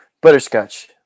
Butterscotch